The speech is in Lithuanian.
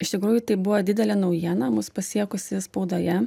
iš tikrųjų tai buvo didelė naujiena mus pasiekusi spaudoje